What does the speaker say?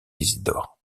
isidore